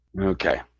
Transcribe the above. Okay